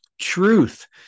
truth